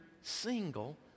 single